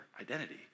identity